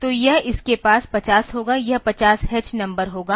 तो यह इसके पास 50 होगा यह 50 h नंबर होगा